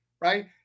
right